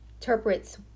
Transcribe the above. interprets